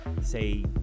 say